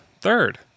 third